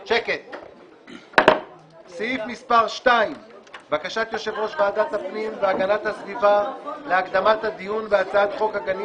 2. בקשת יו"ר ועדת הפנים והגנת הסביבה להקדמת הדיון בהצעת חוק גנים